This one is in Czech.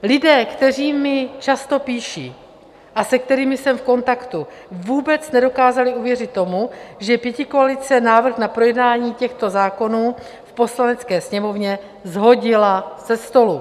Lidé, kteří mi často píší a se kterými jsem v kontaktu, vůbec nedokázali uvěřit tomu, že pětikoalice návrh na projednání těchto zákonů v Poslanecké sněmovně shodila se stolu.